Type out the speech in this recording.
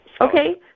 Okay